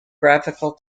graphical